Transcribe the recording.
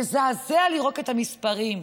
מזעזע לראות את המספרים.